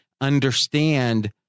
understand